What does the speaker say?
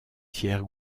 tiers